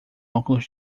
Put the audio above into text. óculos